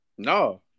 No